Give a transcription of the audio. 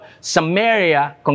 Samaria